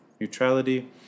neutrality